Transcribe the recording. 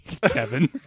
Kevin